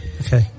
Okay